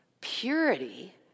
Purity